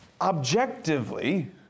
objectively